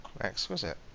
Exquisite